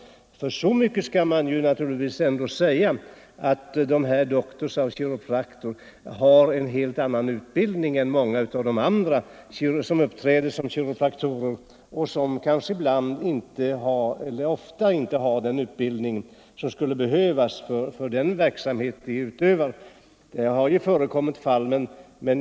Så mycket skall man naturligtvis ändå säga som att Doctors of Chiropractic har en helt annan utbildning än många av de andra som uppträder som kiropraktorer och som kanske ofta inte har den utbildning som skulle behövas för den verksamhet de utövar.